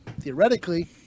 theoretically